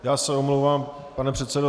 Já se omlouvám, pane předsedo.